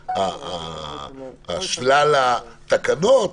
לגבי שלל התקנות,